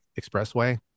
expressway